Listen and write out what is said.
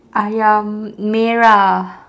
ayam merah